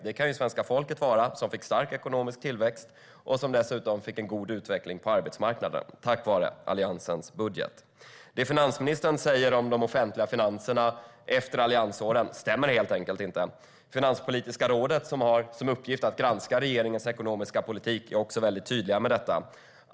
Det kan svenska folket vara glada för som fick en stark ekonomisk tillväxt och dessutom en god utveckling på arbetsmarknaden tack vare Alliansens budget. Det som finansministern säger om de offentliga finanserna efter alliansåren stämmer helt enkelt inte. Finanspolitiska rådet som har som uppgift att granska regeringens ekonomiska politik är också mycket tydligt med detta.